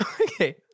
Okay